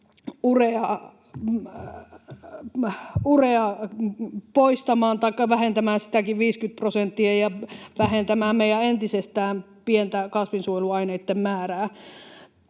urea poistamaan taikka vähentämään 50 prosenttia ja vähentämään meidän entisestään pientä kasvinsuojeluaineiden määrää.